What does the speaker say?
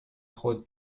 خود